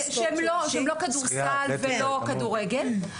שהם לא כדורסל ולא כדורגל,